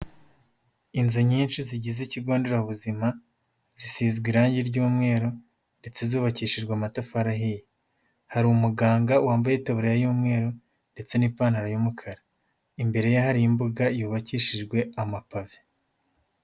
Inzu nyinshi zigize ikigonderabuzima zisizwe irangi ry'umweru ndetse zubakishijwe amatafari ahiye. Hari umuganga wambaye itaburiya y'umweru ndetse n'ipantaro y'umukara. Imbere ye hari imbuga yubakishijwe amapave.